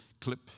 clip